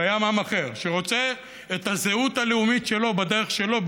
קיים עם אחר שרוצה את הזהות הלאומית שלו בדרך שלו,